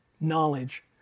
knowledge